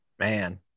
Man